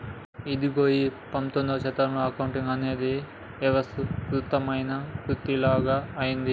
ఇగో ఈ పందొమ్మిదవ శతాబ్దంలో అకౌంటింగ్ అనేది వ్యవస్థీకృతమైన వృతిలాగ అయ్యింది